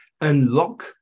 unlock